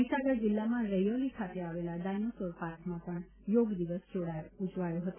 મહીસાગર જિલ્લામાં રૈયોલી ખાતે આવેલા ડાયનાસોર પાર્કમાં પણ યોગ દિવસ ઉજવાયો હતો